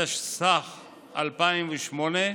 התשס"ח 2008,